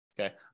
Okay